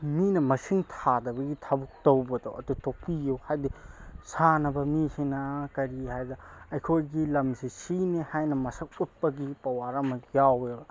ꯃꯤꯅ ꯃꯁꯤꯡ ꯊꯥꯗꯕꯒꯤ ꯊꯕꯛ ꯇꯧꯕꯗꯣ ꯑꯗꯨ ꯇꯣꯛꯄꯤꯌꯨ ꯍꯥꯏꯗꯤ ꯁꯥꯟꯅꯕ ꯃꯤꯁꯤꯅ ꯀꯔꯤ ꯍꯥꯏꯕꯗ ꯑꯩꯈꯣꯏꯒꯤ ꯂꯝꯁꯤ ꯁꯤꯅꯤ ꯍꯥꯏꯅ ꯃꯁꯛ ꯎꯠꯄꯒꯤ ꯄꯋꯥꯔ ꯑꯃ ꯌꯥꯎꯋꯦꯕ